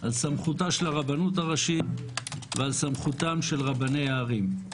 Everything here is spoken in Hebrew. על סמכותה של הרבנות הראשית ועל סמכותם של רבני הערים.